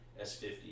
S50